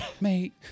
mate